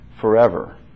forever